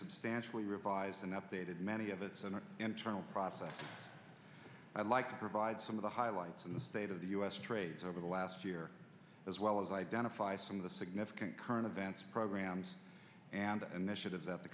substantially revised and updated many of us on our internal process i'd like to provide some of the highlights of the state of the us trades over the last year as well as identify some of the significant current events programs and initiatives that the